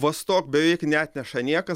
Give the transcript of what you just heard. vostok beveik neatneša niekas